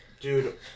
Dude